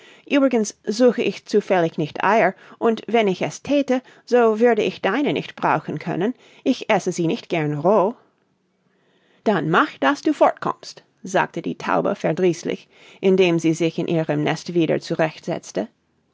übrigens suche ich zufällig nicht eier und wenn ich es thäte so würde ich deine nicht brauchen können ich esse sie nicht gern roh dann mach daß du fortkommst sagte die taube verdrießlich indem sie sich in ihrem nest wieder zurecht setzte